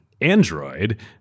Android